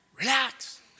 Relax